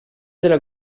della